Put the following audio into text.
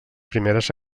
primeres